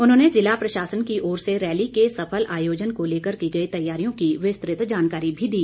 उन्होंने जिला प्रशासन की ओर से रैली के सफल आयोजन को लेकर की गई तैयारियों की विस्तृत जानकारी भी दी